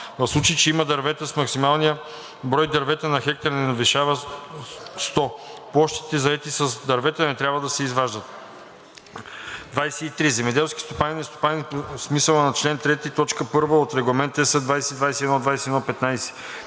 В случай че има дървета, максималният брой дървета на хектар не надвишава 100. Площите, заети с дървета, не трябва да се изваждат. 23. „Земеделски стопанин“ е стопанин по смисъла на чл. 3, т. 1 от Регламент (ЕС) 2021/2115.